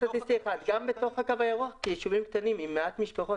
גם בתוך הקו הירוק ישובים קטנים עם מעט משפחות